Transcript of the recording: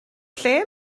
lle